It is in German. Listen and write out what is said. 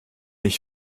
ich